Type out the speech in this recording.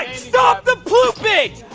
like stop the ploopage!